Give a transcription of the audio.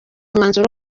umwanzuro